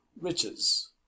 riches